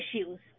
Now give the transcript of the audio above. issues